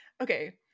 okay